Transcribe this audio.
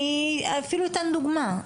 אני אפילו אתן דוגמא,